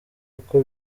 uko